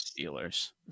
Steelers